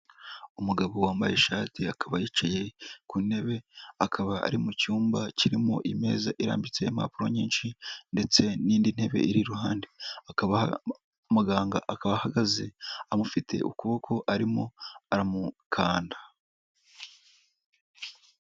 Umugabo wambaye ishati akaba yicaye ku ntebe, akaba ari mu cyumba kirimo imeza irambitseho impapuro nyinshi ndetse n'indi ntebe iruhande. Muganga akaba ahagaze amufitiye ukuboko arimo aramukanda.